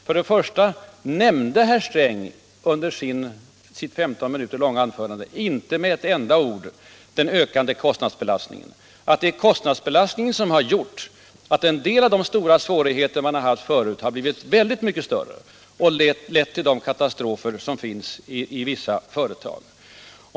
Herr Sträng nämnde under sitt 15 minuter långa anförande inte med ett enda ord den ökande kostnadsbelastningen, att det är den som har gjort att en del av de stora svårigheter man haft förut har blivit väldigt mycket större och lett till katastrofer för många företag.